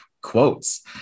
quotes